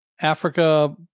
Africa